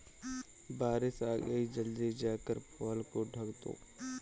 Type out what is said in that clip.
बारिश आ गई जल्दी जाकर पुआल को ढक दो